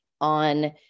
on